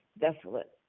desolate